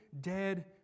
dead